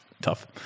tough